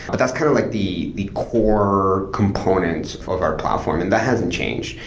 but that's kind of like the the core components of our platform and that hasn't changed.